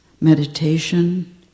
meditation